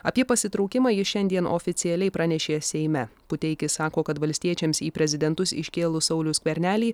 apie pasitraukimą jis šiandien oficialiai pranešė seime puteikis sako kad valstiečiams į prezidentus iškėlus saulių skvernelį